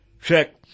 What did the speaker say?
check